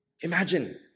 Imagine